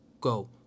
go